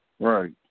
Right